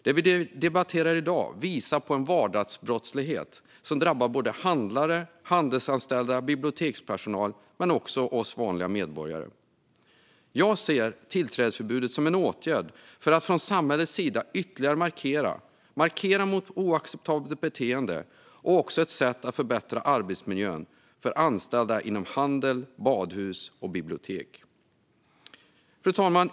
Det vi debatterar i dag visar på en vardagsbrottslighet som drabbar både handlare, handelsanställda, bibliotekspersonal och vanliga medborgare. Jag ser tillträdesförbud som en åtgärd för att från samhällets sida ytterligare markera mot oacceptabelt beteende och också som ett sätt att förbättra arbetsmiljön för anställda inom handel, badhus och bibliotek. Fru talman!